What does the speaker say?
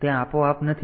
તેથી તે આપોઆપ નથી